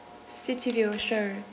city view sure